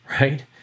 right